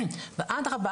ואדרבא,